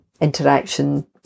interaction